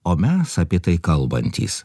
o mes apie tai kalbantys